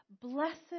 Blessed